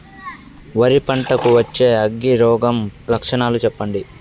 వరి పంట కు వచ్చే అగ్గి రోగం లక్షణాలు చెప్పండి?